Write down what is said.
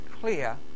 clear